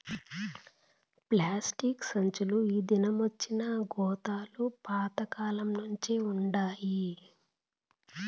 plastic సంచీలు ఈ దినమొచ్చినా గోతాలు పాత కాలంనుంచే వుండాయి